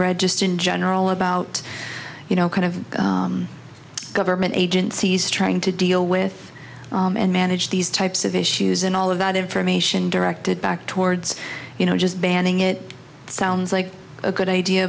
read just in general about you know kind of government agencies trying to deal with and manage these types of issues and all of that information directed back towards you know just banning it sounds like a good idea